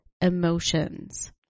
emotions